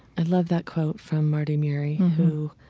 i love that quote from mardy murie who